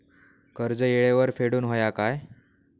कर्ज येळेवर फेडूक होया काय?